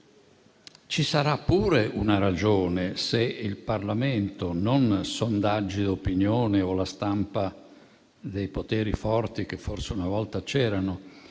Ci sarà pure una ragione se il Parlamento, non sondaggi di opinione o la stampa dei poteri forti, che forse una volta c'erano,